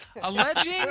alleging